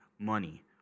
money